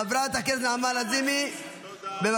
חברת הכנסת נעמה לזימי, בבקשה.